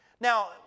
Now